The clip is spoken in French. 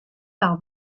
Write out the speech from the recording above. par